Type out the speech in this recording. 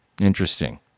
Interesting